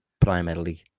primarily